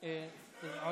תודה.